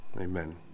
Amen